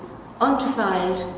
undefiled,